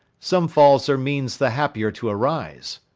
some falls are means the happier to arise.